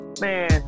Man